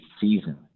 season